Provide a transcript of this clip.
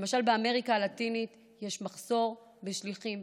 למשל באמריקה הלטינית יש מחסור בשליחים,